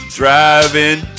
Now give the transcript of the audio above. driving